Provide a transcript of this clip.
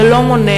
זה לא מונע,